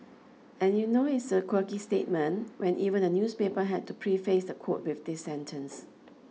and you know it's a quirky statement when even the newspaper had to preface the quote with this sentence